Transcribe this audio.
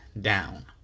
down